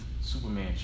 Superman